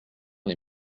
les